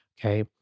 Okay